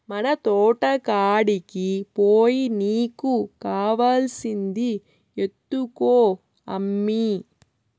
మన తోటకాడికి పోయి నీకు కావాల్సింది ఎత్తుకో అమ్మీ